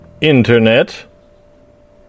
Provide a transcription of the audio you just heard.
Internet